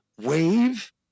wave